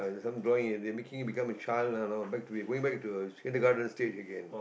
there's some drawing here they making you become a child ah going back to be going back to a kindergarten stage again